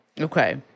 Okay